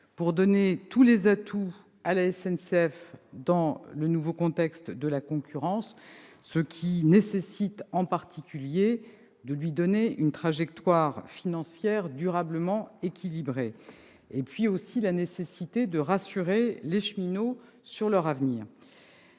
et d'offrir tous les atouts à la SNCF dans le nouveau contexte de la concurrence, ce qui nécessite en particulier de lui donner une trajectoire financière durablement équilibrée. Il est aussi nécessaire de rassurer les cheminots sur leur avenir.